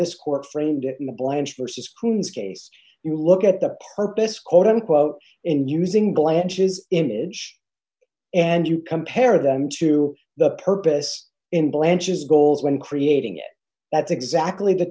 this court framed in the blind versus coons case you look at the purpose quote unquote in using glanges image and you compare them to the purpose in blanchard's goals when creating it that's exactly the